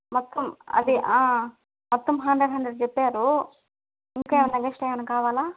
మొత్తం అవి మొత్తం హండ్రెడ్ హండ్రెడ్ చెప్పారు ఇంకా ఏమన్నా ఎక్స్ట్రా ఏమన్నా కావాలా